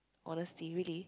honesty really